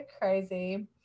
crazy